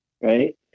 right